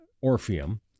Orpheum